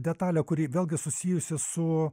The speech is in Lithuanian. detalę kuri vėlgi susijusi su